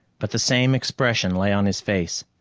but the same expression lay on his face.